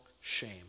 shame